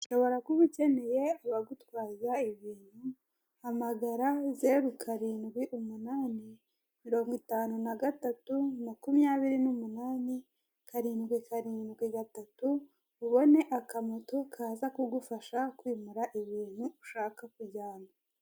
Ushobora kuba ukeneye abagutwaza ibintu, hamagara zeru karindwi umunani, mirongo itanu na gatatu, makumyabiri n'umunani, karindwi karindwi gatatu, ubone akamoto kaza kagufasha kwimura ibintu ushaka kujyana.